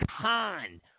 con